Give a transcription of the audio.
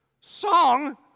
Song